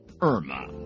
irma